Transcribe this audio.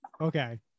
okay